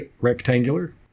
rectangular